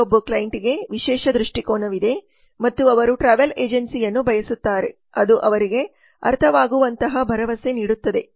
ಪ್ರತಿಯೊಬ್ಬ ಕ್ಲೈಂಟ್ಗೆ ವಿಶೇಷ ದೃಷ್ಟಿಕೋನವಿದೆ ಮತ್ತು ಅವರು ಟ್ರಾವೆಲ್ ಏಜೆನ್ಸಿಯನ್ನು ಬಯಸುತ್ತಾರೆ ಅದು ಅವರಿಗೆ ಅರ್ಥವಾಗುವಂತಹ ಭರವಸೆ ನೀಡುತ್ತದೆ